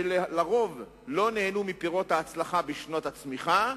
שעל-פי רוב לא נהנו מפירות ההצלחה בשנות הצמיחה,